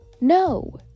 no